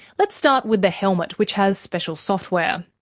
let's start with the helmet, which has special software.